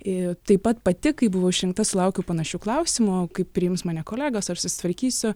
taip pat pati kai buvau išrinkta sulaukiau panašių klausimų kaip priims mane kolegos aš susitvarkysiu